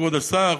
כבוד השר,